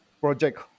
project